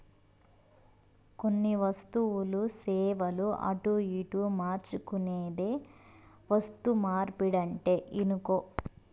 కొన్ని వస్తువులు, సేవలు అటునిటు మార్చుకునేదే వస్తుమార్పిడంటే ఇనుకో